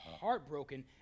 heartbroken